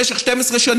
במשך 12 שנים?